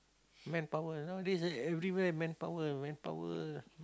manpower nowadays ah everywhere manpower manpower